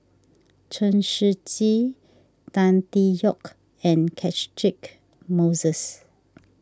Chen Shiji Tan Tee Yoke and Catchick Moses